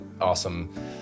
awesome